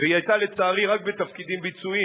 והיא היתה לצערי רק בתפקידים ביצועיים.